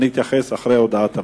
אני אתייחס לזה אחרי הודעת המזכיר.